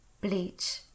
bleach